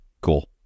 Cool